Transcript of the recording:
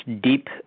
deep